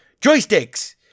joysticks